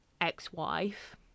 ex-wife